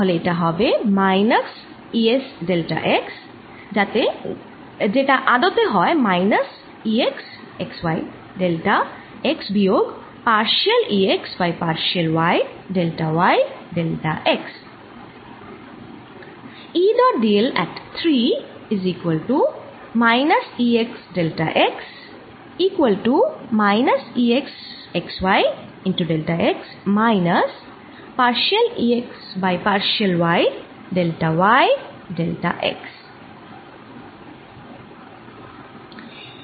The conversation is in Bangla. তাহলে এটা হবে minus E x delta x যেটা আদতে হয় minus E x x y delta x বিয়োগ partial E x by partial y delta y delta x